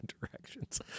directions